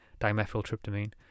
dimethyltryptamine